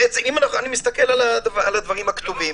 אני מסתכל על הדברים הכתובים.